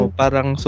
parang